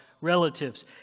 relatives